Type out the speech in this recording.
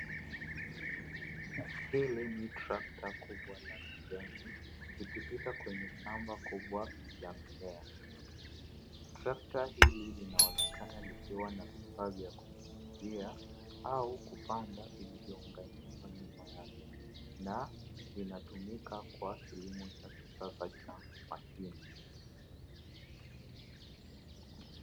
Hili ni trakta kubwa la kijani likipita kwenye shamba kubwa la mimea. Trakta hili linaonekana likiwa na vifaa vya kunyunyizia au kupanda vilivyounganishwa nyuma yake na vinatumika kwa kilimo cha kisasa cha mashine.